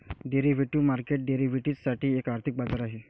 derivative market derivatives साठी एक आर्थिक बाजार आहे